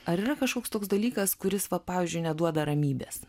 ar yra kažkoks toks dalykas kuris va pavyzdžiui neduoda ramybės